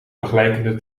vergelijkende